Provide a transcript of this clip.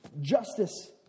Justice